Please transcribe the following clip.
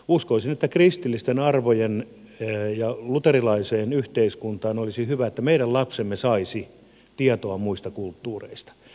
uskoisin että kristillisten arvojen ja luterilaisen yhteiskunnan kannalta olisi hyvä että meidän lapsemme saisivat tietoa muista kulttuureista